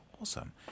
Awesome